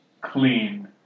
clean